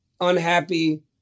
unhappy